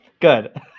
good